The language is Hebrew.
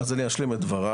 אז אני אשלים את דבריי.